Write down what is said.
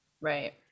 Right